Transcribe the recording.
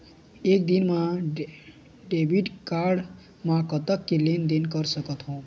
एक दिन मा मैं डेबिट कारड मे कतक के लेन देन कर सकत हो?